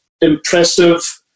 impressive